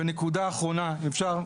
ונקודה אחרונה, אם אפשר.